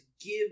give